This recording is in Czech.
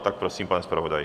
Tak prosím, pane zpravodaji.